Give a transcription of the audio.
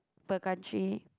per country